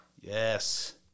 Yes